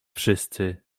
wszyscy